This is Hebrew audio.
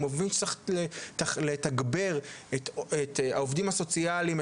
הוא מבין שצריך לתגבר את העובדים הסוציאליים,